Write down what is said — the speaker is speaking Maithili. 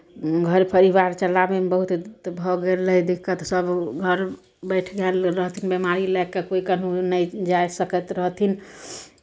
घर परिवार चलाबैमे बहुत भऽ गेल रहै दिक्कत सभ घर बैठि गेल रहथिन बिमारी लए कऽ कोइ कहूँ नहि जा सकैत रहथिन